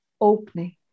opening